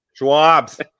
Schwabs